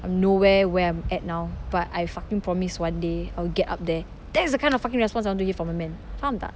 I'm nowhere where I'm at now but I fucking promise one day I'll get up there that is the kind of fucking response I want to get from a man faham tak